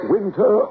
Winter